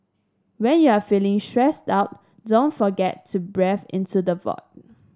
when you are feeling stressed out don't forget to breathe into the void